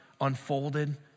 unfolded